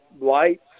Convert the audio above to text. lights